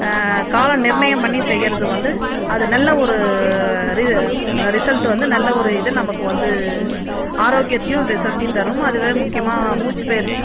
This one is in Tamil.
கால நிர்ணயம் பண்ணி செய்யறது வந்து அது நல்ல ஒரு ரிசல்ட் வந்து நல்ல ஒரு இது நமக்கு வந்து ஆரோக்கியத்தையும் ரிசல்ட்டையும் தரும் அதுவே முக்கியமாக மூச்சுப் பயிற்சி